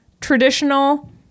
traditional